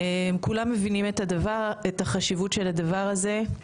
כולם מבינים את החשיבות של הדבר הזה.